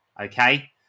okay